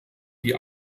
die